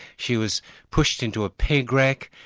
she was pushed into a peg-rack,